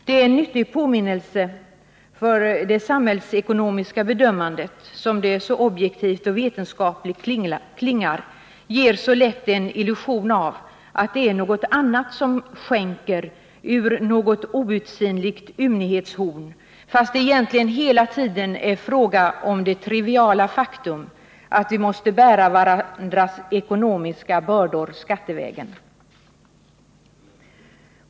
Det är en nyttig påminnelse, för det samhällsekonomiska bedömandet — som det så objektivt och vetenskapligt klingar — ger så lätt en illusion av att det är något annat som skänker ut ur något outsinligt ymnighetshorn, fastän det egentligen hela tiden är fråga om det triviala faktum att vi måste bära varandras ekonomiska bördor skattevägen.